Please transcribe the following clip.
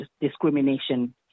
discrimination